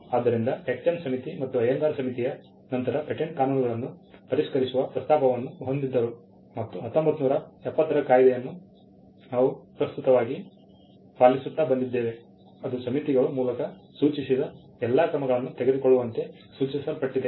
ಆದ್ದರಿಂದ ಟೆಕ್ ಚಂದ್ ಸಮಿತಿ ಮತ್ತು ಅಯ್ಯಂಗಾರ್ ಸಮಿತಿಯ ನಂತರ ಪೇಟೆಂಟ್ ಕಾನೂನುಗಳನ್ನು ಪರಿಷ್ಕರಿಸುವ ಪ್ರಸ್ತಾಪವನ್ನು ಹೊಂದಿದ್ದರು ಮತ್ತು 1970 ರ ಕಾಯಿದೆಯನ್ನು ನಾವು ಪ್ರಸ್ತುತವಾಗಿ ಪಾಲಿಸುತ್ತಾ ಬಂದಿದ್ದೇವೆ ಅದು ಸಮಿತಿಗಳು ಮೂಲಕ ಸೂಚಿಸಿದ ಎಲ್ಲಾ ಕ್ರಮಗಳನ್ನು ತೆಗೆದುಕೊಳ್ಳುವಂತೆ ಸೂಚಿಸಲ್ಪಟ್ಟಿದೆ